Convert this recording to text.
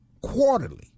quarterly